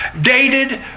dated